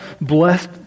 blessed